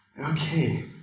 Okay